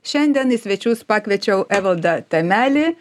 šiandien į svečius pakviečiau evaldą temelį